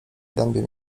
dębie